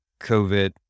covid